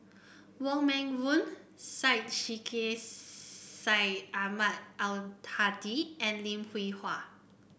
Wong Meng Voon Syed Sheikh Syed Ahmad Al Hadi and Lim Hwee Hua